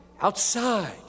outside